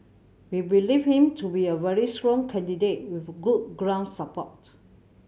we believe him to be a very strong candidate with good ground support